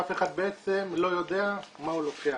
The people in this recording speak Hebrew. שאף אחד בעצם לא יודע מה הוא לוקח,